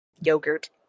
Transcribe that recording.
Yogurt